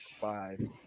five